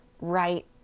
right